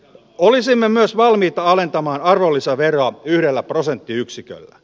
olisimme myös valmiita alentamaan arvonlisäveroa yhdellä prosenttiyksiköllä